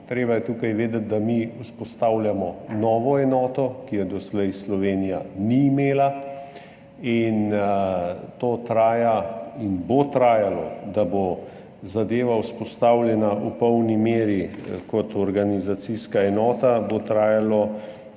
Tukaj je treba vedeti, da mi vzpostavljamo novo enoto, ki je do sedaj Slovenija ni imela, in to traja in bo trajalo nekaj let, da bo zadeva vzpostavljena v polni meri kot organizacijska enota. Mi imamo